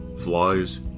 Flies